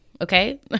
okay